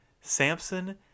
Samson